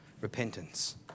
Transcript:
repentance